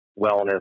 wellness